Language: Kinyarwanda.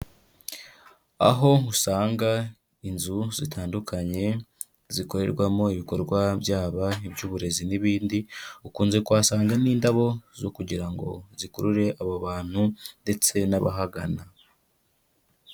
Aho usanga inzu zitandukanye zikorerwamo ibikorwa byaba iby'uburezi n'ibindi, ukunze kuhasanga n'indabo zo kugira ngo zikurure abo bantu ndetse n'abahagana.